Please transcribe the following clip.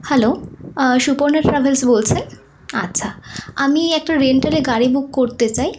hello Suparna travels বলছেন আচ্ছা আমি একটা রেন্টালে গাড়ি বুক করতে চাই